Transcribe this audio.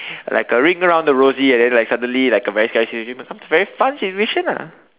like a ring around the Rosie and then like suddenly like a very scary situation becomes a very fun situation lah